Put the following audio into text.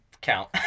count